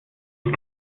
ich